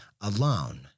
alone